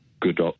good